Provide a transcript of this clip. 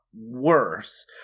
worse